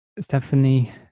Stephanie